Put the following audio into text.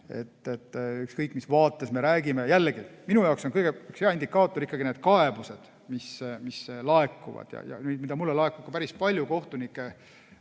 ükskõik, mis vaates me räägime. Jällegi, minu jaoks on üks hea indikaator ikkagi kaebused, mis laekuvad ja mida mulle laekub päris palju ka kohtunike